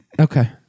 Okay